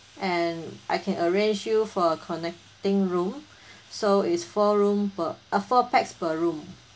and I can arrange you for connecting room so it's four room per uh four pax per room